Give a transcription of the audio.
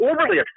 overly